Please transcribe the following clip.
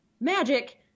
magic